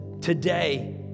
today